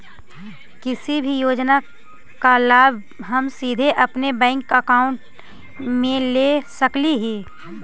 किसी भी योजना का लाभ हम सीधे अपने बैंक अकाउंट में ले सकली ही?